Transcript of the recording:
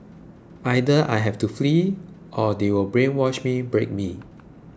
either I have to flee or they will brainwash me break me